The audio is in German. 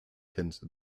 kennt